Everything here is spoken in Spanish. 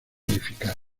verificar